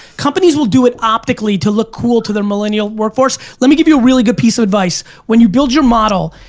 companies will do it optically to look cool to their millennial workforce. let me give you a really good piece of advice when you build your model,